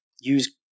use